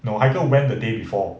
no haikal went the day before